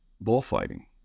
bullfighting